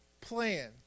Plan